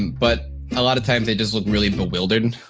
but a lot of times they just look really bewildered, and